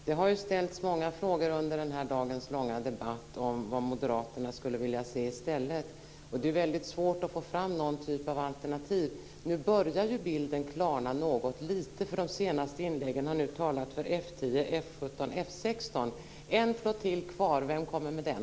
Fru talman! Det har ställts många frågor under den här dagens långa debatt om vad moderaterna skulle vilja se i stället, och det har varit väldigt svårt att få fram någon typ av alternativ. Nu börjar bilden klarna något, eftersom man i de senaste inläggen har talat för F 10, F 17 och F 16. Det är en flottilj kvar, vem kommer med den?